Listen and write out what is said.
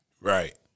Right